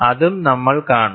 അതും നമ്മൾ കാണും